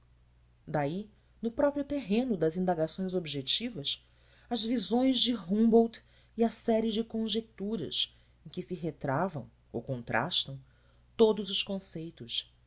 daí no próprio terreno das indagações objetivas as visões de humboldt e a série de conjeturas em que se retravam ou contrastam todos os conceitos